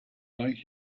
like